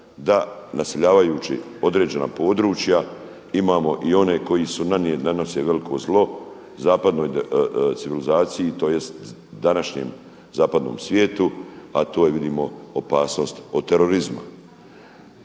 da naseljavajući određena područja imamo i one koji su, koji nanose veliko zlo zapadnoj civilizaciji, tj. današnjem zapadnom svijetu, a to je vidimo opasnost od terorizma.